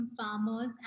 farmers